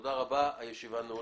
תודה רבה לכולם.